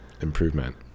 improvement